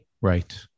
Right